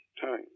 time